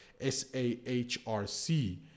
SAHRC